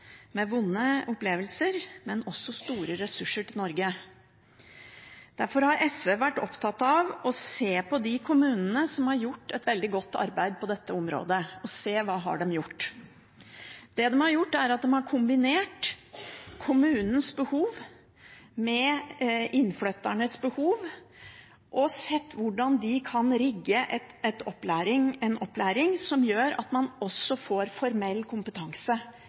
med vonde opplevelser, men også store ressurser, til Norge. Derfor har SV vært opptatt av å se på hva de kommunene som har gjort et veldig godt arbeid på dette området, har gjort. Det de har gjort, er at de har kombinert kommunens behov med innflytternes behov, og sett på hvordan de kan rigge en opplæring som gjør at man også får formell kompetanse